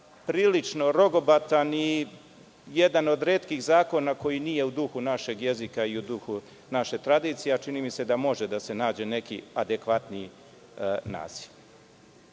prilično rogobatan i jedan od retkih zakona koji nije u duhu našeg jezika i u duhu naše tradicije, a čini mi se da može da se nađe neki adekvatniji naziv. Ono